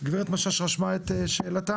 גברת משש רשמה את שאלתה?